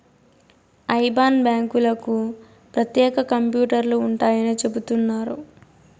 IBAN బ్యాంకులకు ప్రత్యేక కంప్యూటర్లు ఉంటాయని చెబుతున్నారు